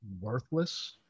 worthless